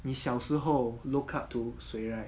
你小时候 look up to 谁 right